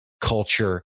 culture